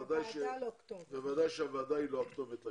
הוועדה בוודאי היא לא הכתובת.